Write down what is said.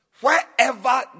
Wherever